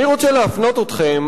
אני רוצה להפנות אתכם,